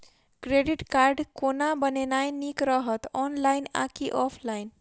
Credit card कोना बनेनाय नीक रहत? ऑनलाइन आ की ऑफलाइन?